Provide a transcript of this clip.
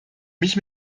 mich